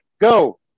go